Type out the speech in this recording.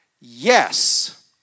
yes